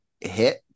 hit